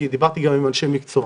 כי דיברתי גם עם אנשי מקצוע.